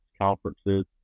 conferences